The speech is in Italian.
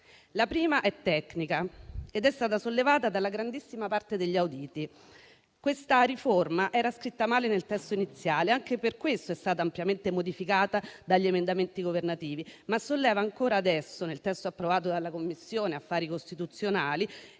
La prima è tecnica ed è stata sollevata dalla grandissima parte degli auditi: questa riforma era scritta male nel testo iniziale, anche per questo è stata ampiamente modificata dagli emendamenti governativi, ma ancora adesso, nel testo approvato dalla Commissione affari costituzionali,